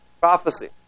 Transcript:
Prophecy